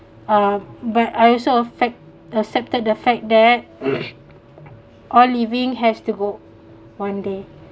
uh but I also affect accepted the fact that all living has to go one day